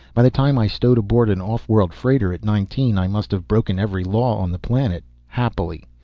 by the time i stowed aboard an off-world freighter at nineteen i must have broken every law on the planet. happily.